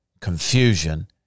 confusion